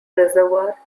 reservoir